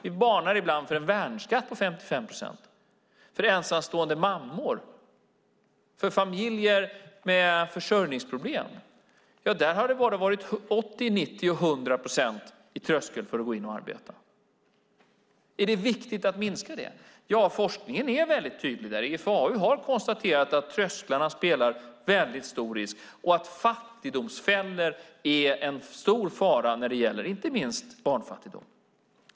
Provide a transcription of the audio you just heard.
Vi varnar ibland för en värnskatt på 55 procent. För ensamstående mammor och för familjer med försörjningsproblem har det varit trösklar på 80, 90 och 100 procent för att gå in och arbeta. Är det viktigt att minska detta? Ja, forskningen är mycket tydlig där. IFAU har konstaterat att trösklarna utgör en mycket stor risk och att fattigdomsfällor är en stor fara när det gäller inte minst barnfattigdom.